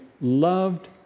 loved